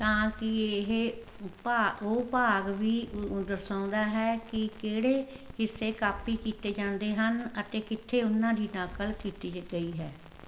ਤਾਂ ਕਿ ਇਹ ਓ ਭਾ ਉਹ ਭਾਗ ਵੀ ਦਰਸਾਉਂਦਾ ਹੈ ਕਿ ਕਿਹੜੇ ਹਿੱਸੇ ਕਾਪੀ ਕੀਤੇ ਜਾਂਦੇ ਹਨ ਅਤੇ ਕਿੱਥੇ ਉਹਨਾਂ ਦੀ ਨਕਲ ਕੀਤੀ ਗ ਗਈ ਹੈ